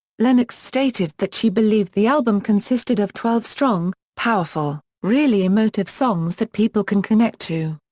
lennox stated that she believed the album consisted of twelve strong, powerful, really emotive songs that people can connect to.